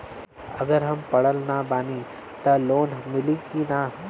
अगर हम पढ़ल ना बानी त लोन मिली कि ना?